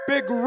Big